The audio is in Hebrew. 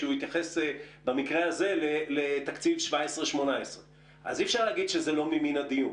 כשהוא התייחס במקרה זה לתקציב 2017/2018. אי-אפשר להגיד שזה לא ממן הדיון.